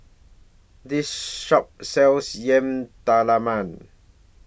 This Shop sells Yam Talam Man